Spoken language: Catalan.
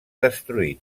destruït